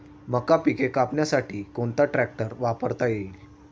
मका पिके कापण्यासाठी कोणता ट्रॅक्टर वापरता येईल?